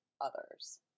others